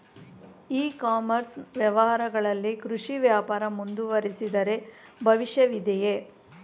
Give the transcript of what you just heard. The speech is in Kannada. ಇ ಕಾಮರ್ಸ್ ವ್ಯವಹಾರಗಳಲ್ಲಿ ಕೃಷಿ ವ್ಯಾಪಾರ ಮುಂದುವರಿದರೆ ಭವಿಷ್ಯವಿದೆಯೇ?